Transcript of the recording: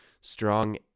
strong